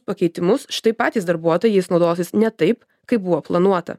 pakeitimus štai patys darbuotojai jais naudosis ne taip kaip buvo planuota